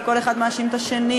וכל אחד מאשים את השני,